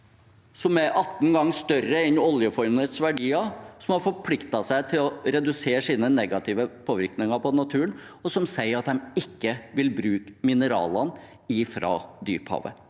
som er 18 ganger større enn oljefondets verdier. Denne koalisjonen har forpliktet seg til å redusere sine negative påvirkninger på naturen, og de sier at de ikke vil bruke mineralene fra dyphavet.